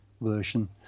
version